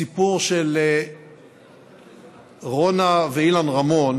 הסיפור של רונה ואילן רמון